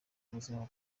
kubuzima